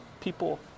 people